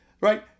Right